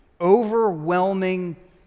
overwhelming